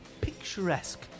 picturesque